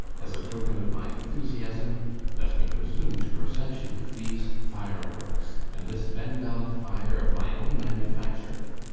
as a token of my enthusiasm let me presume to present you with these fireworks and this bengal fire of my own manufacture.